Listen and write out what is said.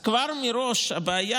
אז כבר מראש הבעיה